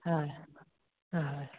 ಹಾಂ ಹಾಂ